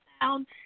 sound